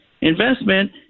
investment